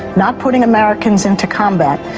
not putting americans into combat,